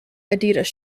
adidas